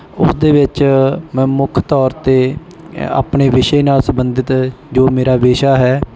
ਉਸ ਦੇ ਵਿੱਚ ਮੈਂ ਮੁੱਖ ਤੌਰ 'ਤੇ ਆਪਣੇ ਵਿਸ਼ੇ ਨਾਲ ਸੰਬੰਧਿਤ ਜੋ ਮੇਰਾ ਵਿਸ਼ਾ ਹੈ